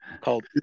called